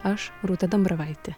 aš rūta dambravaitė